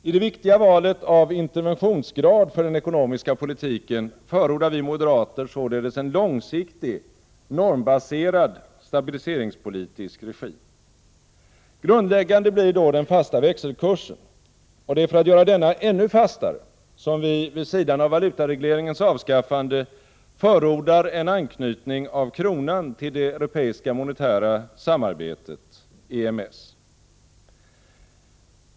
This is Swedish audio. I det viktiga valet av interventionsgrad för den ekonomiska politiken förordar vi moderater således en långsiktig, normbaserad stabiliseringspolitisk regim. Grundläggande blir då den fasta växelkursen. Det är för att göra denna ännu fastare som vi vid sidan av valutaregleringens avskaffande förordar en anknytning av kronan till det europeiska monetära samarbetet, EMS.